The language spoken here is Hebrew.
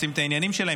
עושים את העניינים שלהם,